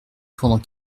pendant